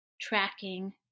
tracking